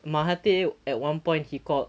mahathir at one point he called